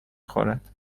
خورد